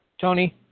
Tony